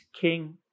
king